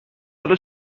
حالا